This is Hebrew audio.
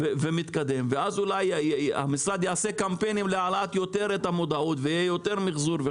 ואז אולי המשרד יעשה קמפיינים להעלאת המודעות למחזור.